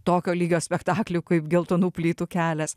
tokio lygio spektaklių kaip geltonų plytų kelias